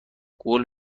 قول